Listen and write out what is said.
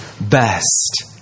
best